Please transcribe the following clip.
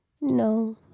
no